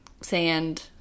sand